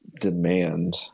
demand